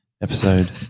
episode